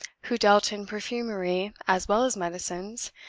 who dealt in perfumery as well as medicines,